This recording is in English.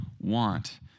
want